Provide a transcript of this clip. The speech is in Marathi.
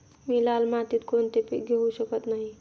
मी लाल मातीत कोणते पीक घेवू शकत नाही?